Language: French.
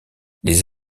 les